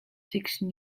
fiction